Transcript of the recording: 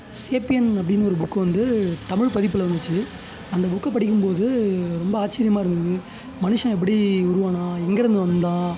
sapien அப்படின்னு ஒரு book வந்து தமிழ் பதிப்பில் வந்துச்சு அந்த புக்கு படிக்கும்போது ரொம்ப ஆச்சரியமாக இருந்தது மனுஷன் எப்படி உருவானால் எங்கேருந்து வந்தான்